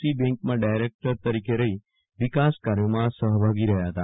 C બેંકમાં director તરીકે રહી વિકાસકાર્યોમાં સહભાગી રહ્યા હતા